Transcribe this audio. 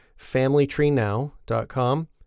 familytreenow.com